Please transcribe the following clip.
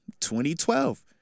2012